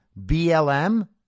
BLM